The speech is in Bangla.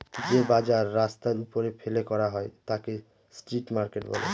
যে বাজার রাস্তার ওপরে ফেলে করা হয় তাকে স্ট্রিট মার্কেট বলে